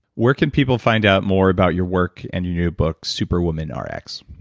where can people find out more about your work and your new book super woman ah rx?